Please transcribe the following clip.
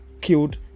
killed